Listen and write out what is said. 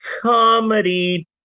comedy